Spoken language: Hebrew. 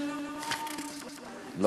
אולי באמת נפסיק לחמש דקות?